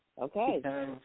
Okay